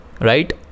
right